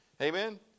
Amen